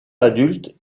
adulte